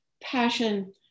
passion